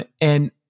and-